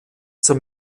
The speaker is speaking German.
zur